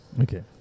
okay